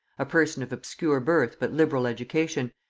a person of obscure birth but liberal education,